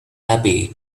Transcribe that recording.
happy